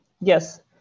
Yes